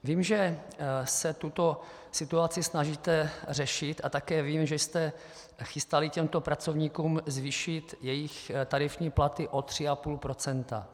Vím, že se tuto situaci snažíte řešit, a také vím, že jste se chystali těmto pracovníkům zvýšit jejich tarifní platy o 3,5 %.